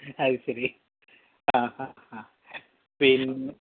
അത് ശരി ആ ഹാ ഹാ പിന്നെ